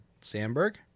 Sandberg